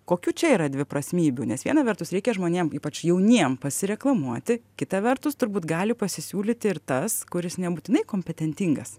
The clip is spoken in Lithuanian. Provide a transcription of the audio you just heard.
kokių čia yra dviprasmybių nes viena vertus reikia žmonėm ypač jauniem pasireklamuoti kita vertus turbūt gali pasisiūlyti ir tas kuris nebūtinai kompetentingas